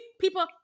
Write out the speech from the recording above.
people